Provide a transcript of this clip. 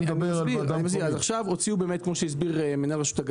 אני מדבר ועדה מקומית.